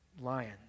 lion